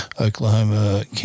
Oklahoma